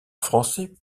français